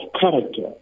character